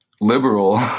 Liberal